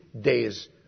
days